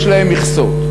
יש להן מכסות.